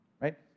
right